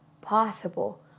possible